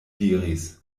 diris